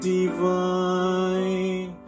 divine